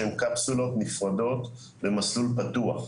שהן קפסולות נפרדות במסלול פתוח.